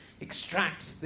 extract